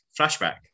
flashback